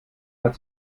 hat